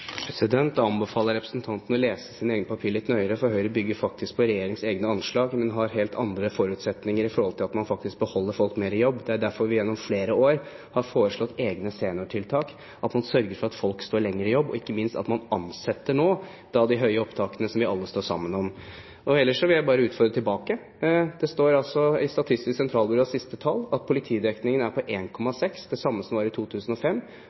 Jeg anbefaler representanten å lese sine egne papirer litt nøyere. Høyre bygger faktisk på regjeringens egne anslag, men har helt andre forutsetninger når det gjelder å faktisk beholde folk lenger i jobb. Det er derfor vi gjennom flere år har foreslått egne seniortiltak – at man sørger for at folk står lenger i jobb – og ikke minst at man ansetter, med de høye opptakene som vi alle står sammen om. Ellers vil jeg bare utfordre tilbake: Det står i Statistisk sentralbyrås siste oversikt at politidekningen er på 1,6 – det samme som den var i 2005.